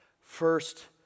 first